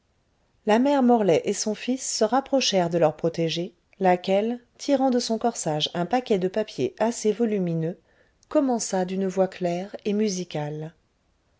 la mère morlaix et son fils se rapprochèrent de leur protégée laquelle tirant de son corsage un paquet de papiers assez volumineux commença d'une voix claire et musicale